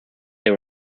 they